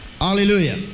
Hallelujah